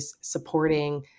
supporting